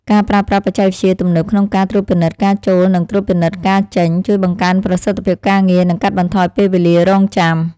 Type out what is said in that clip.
ការប្រើប្រាស់បច្ចេកវិទ្យាទំនើបក្នុងការត្រួតពិនិត្យការចូលនិងត្រួតពិនិត្យការចេញ ជួយបង្កើនប្រសិទ្ធភាពការងារនិងកាត់បន្ថយពេលវេលារង់ចាំ។